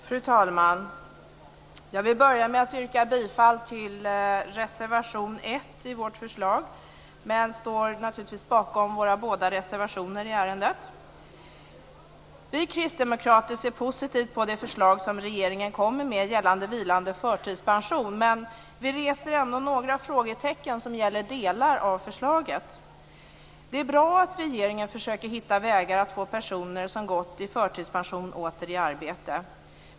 Fru talman! Jag vill börja med att yrka bifall till reservation 1, men jag står naturligtvis bakom båda våra reservationer i ärendet. Vi kristdemokrater ser positivt på det förslag som regeringen kommer med gällande vilande förtidspension, men vi reser ändå några frågetecken som gäller delar av förslaget. Det är bra att regeringen försöker hitta vägar att få personer som gått i förtidspension åter i arbete.